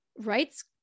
rights